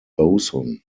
boson